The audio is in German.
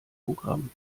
programm